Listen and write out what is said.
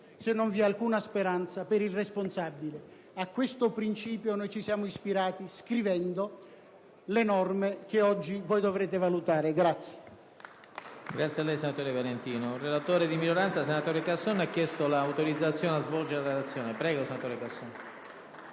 se non vi è alcuna speranza per il responsabile. A questo principio noi ci siamo ispirati scrivendo le norme che oggi voi dovrete valutare.